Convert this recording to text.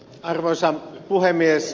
arvoisa puhemies